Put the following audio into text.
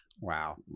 Wow